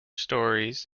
stories